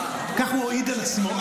כך הוא העיד על עצמו,